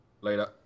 Later